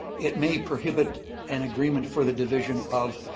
it may prohibit an agreement for the division of